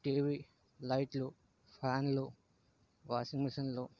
TV లైట్లు ఫ్యాన్లు washing మెషిన్లు